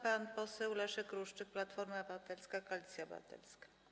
Pan poseł Leszek Ruszczyk, Platforma Obywatelska - Koalicja Obywatelska.